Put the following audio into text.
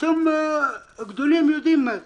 אתם הגדולים יודעים מה זה.